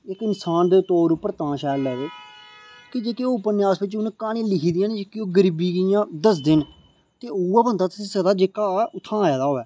इक इंसान दे तौर उप्पर तां शैल लगदे कि जेहके ओह् उपन्यास बिच ओह् क्हानी लिखी दी ऐ कि ओह् गरीबी कि'यां दसदे ना ते उ'ऐ बंदा दस्सी सकदा जेह्का उत्थूं दा आए दा होऐ